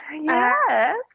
yes